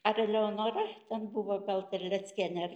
ar eleonora ten buvo gal terleckienė ar